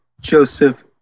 Joseph